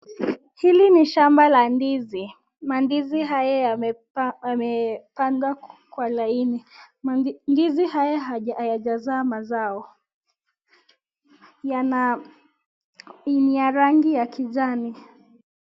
Hili ni shamba la ndizi, mandizi haya yamepandwa kwa laini, ndizi haya hayajazaa mazao, ni ya rangi ya kijani.